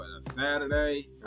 Saturday